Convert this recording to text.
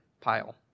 pile